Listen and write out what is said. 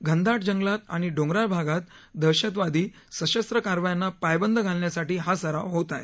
घनदाट जंगलात आणि डोंगराळ भागात दहशतवादी सशस्त्र कारवायांना पायबंद घालण्यासाठी हा सराव होत आहे